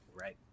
right